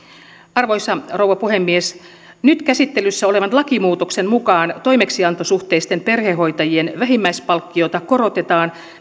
arvoisa rouva puhemies nyt käsittelyssä olevan lakimuutoksen mukaan toimeksiantosuhteisten perhehoitajien vähimmäispalkkiota korotetaan